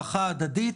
ברכה הדדית.